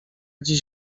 dziś